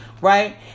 right